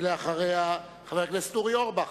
ואחריה, חבר הכנסת אורי אורבך.